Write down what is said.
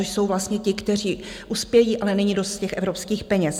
, což jsou vlastně ti, kteří uspějí, ale není dost těch evropských peněz.